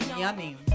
yummy